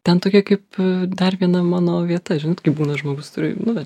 ten tokia kaip dar viena mano vieta žinot kaip būna žmogus turi nu vat